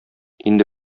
инде